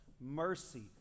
mercy